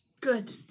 good